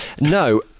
No